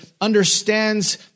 understands